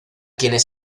quienes